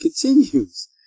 continues